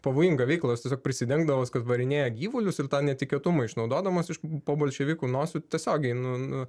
pavojingą veiklą jos tiesiog prisidengdamos kad varinėja gyvulius ir tą netikėtumą išnaudodamos iš po bolševikų nosių tiesiogiai nu nu